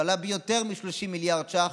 ועלה ביותר מ-30 מיליארד שקלים,